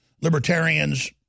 libertarians